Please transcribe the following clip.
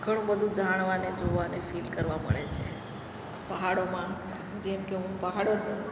ઘણું બધું જાણવા ને જોવા ને ફિલ કરવા મળે છે પહાડોમાં જેમ કે હું પહાડો